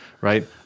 right